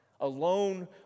alone